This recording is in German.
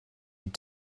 die